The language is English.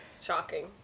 shocking